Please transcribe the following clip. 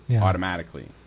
Automatically